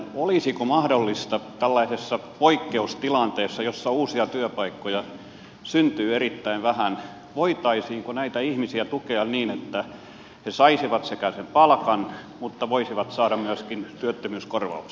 olisiko mahdollista tällaisessa poikkeustilanteessa jossa uusia työpaikkoja syntyy erittäin vähän näitä ihmisiä tukea niin että he saisivat sen palkan mutta voisivat saada myöskin työttömyyskorvauksen